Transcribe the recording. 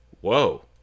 whoa